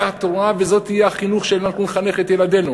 התורה וזה יהיה החינוך שאנחנו נחנך את ילדינו.